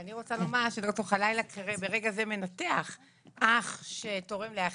ואני רוצה לומר שד"ר חלאילה ברגע זה מנתח אח שתורם לאחיו,